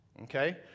Okay